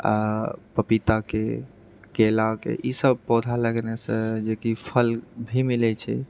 आ पपीताके केलाके ईसब पौधा लगेनासँ जेकि फल भी मिलैत छै